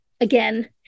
again